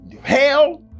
hell